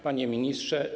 Panie Ministrze!